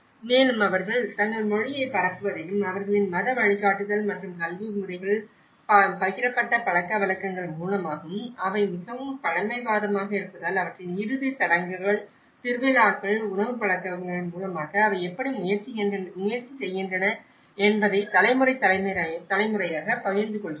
மேலும் அவர்கள் தங்கள் மொழியைப் பரப்புவதிலும் அவர்களின் மத வழிகாட்டுதல் மற்றும் கல்வி முறைகள் மற்றும் பகிரப்பட்ட பழக்கவழக்கங்கள் மூலமாகவும் அவை மிகவும் பழமைவாதமாக இருப்பதால் அவற்றின் இறுதி சடங்குகள் திருவிழாக்கள் உணவுப் பழக்கவழக்கங்கள் மூலமாக அவை எப்படி முயற்சி செய்கின்றன என்பதை தலைமுறை தலைமுறையாக பகிர்ந்து கொள்கின்றனர்